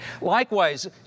Likewise